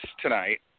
tonight